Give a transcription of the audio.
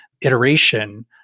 iteration